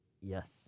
Yes